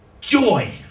joy